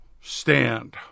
stand